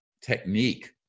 technique